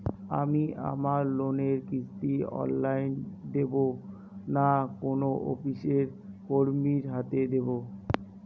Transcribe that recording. আমি আমার লোনের কিস্তি অনলাইন দেবো না কোনো অফিসের কর্মীর হাতে দেবো?